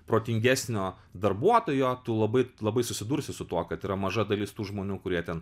protingesnio darbuotojo tu labai labai susidursi su tuo kad yra maža dalis tų žmonių kurie ten